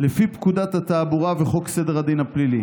לפי פקודת התעבורה וחוק סדר הדין הפלילי.